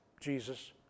Jesus